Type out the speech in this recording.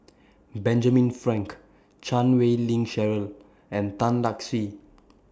Benjamin Frank Chan Wei Ling Cheryl and Tan Lark Sye